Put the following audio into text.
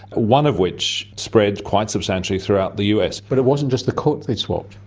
one of which spread quite substantially throughout the us. but it wasn't just the coat they'd swapped.